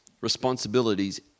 responsibilities